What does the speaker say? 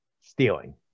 stealing